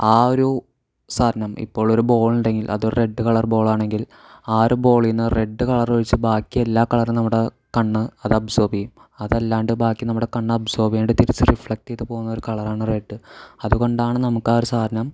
ആ ഒരു സാധനം ഇപ്പോൾ ഒരു ബോൾ ഉണ്ടെങ്കിൽ അതൊരു റെഡ് കളർ ബോൾ ആണെങ്കിൽ ആ ഒരു ബോളിൽ നിന്ന് റെഡ് കളർ ഒഴിച്ച് ബാക്കി എല്ലാ കളറും നമ്മുടെ കണ്ണ് അത് അബ്സോർബ് ചെയ്യും അതല്ലാണ്ട് ബാക്കി നമ്മുടെ കണ്ണ് അബ്സോർബ് ചെയ്യാണ്ട് തിരിച്ച് റിഫ്ളക്റ്റ് ചെയ്ത് പോകുന്ന ഒരു കളർ ആണ് റെഡ് അതുകൊണ്ടാണ് നമുക്ക് ആ ഒരു സാധനം